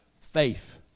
faith